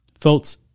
Folks